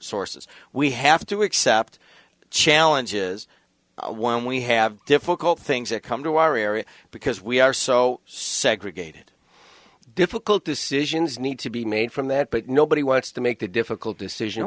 sources we have to accept the challenge is one we have difficult things that come to our area because we are so segregated difficult decisions need to be made from that but nobody wants to make a difficult decision